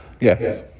yes